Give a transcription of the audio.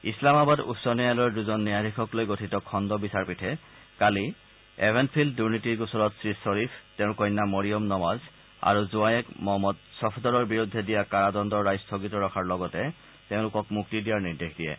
ইছলামাবাদ উচ্চ ন্যায়ালয়ৰ দুজন ন্যায়াধীশক লৈ গঠিত খণ্ড বিচাৰপীঠে কালি এভেনফিল্ড দুনীতিৰ গোচৰত শ্ৰীধ্বীফ তেওঁৰ কন্যা মৰিয়ম নৱাজ আৰু জোৱায়েক মহম্মদ চফদৰৰ বিৰুদ্ধে দিয়া কাৰাদণ্ডৰ ৰায় স্থগিত ৰখাৰ লগতে তেওঁলোকক মুক্তি দিয়াৰ নিৰ্দেশ দিয়ে